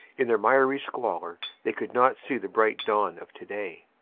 in their miry squalor they could not see the bright dawn of today.